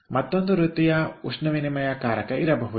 ಮತ್ತೊಂದು ರೀತಿಯ ಉಷ್ಣವಿನಿಮಯಕಾರಕ ಇರಬಹುದು